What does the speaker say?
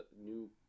new